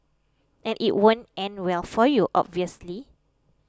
and it won't end well for you obviously